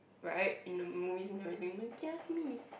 right in the movies and everything then kia simi